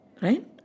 Right